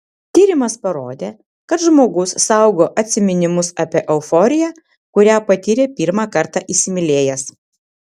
tyrimas parodė kad žmogus saugo atsiminimus apie euforiją kurią patyrė pirmą kartą įsimylėjęs